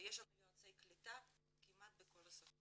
ויש לנו יועצי קליטה כמעט בכל השפות